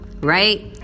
Right